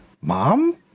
Mom